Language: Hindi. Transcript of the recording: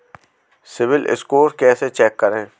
सिबिल स्कोर कैसे चेक करें?